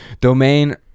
domain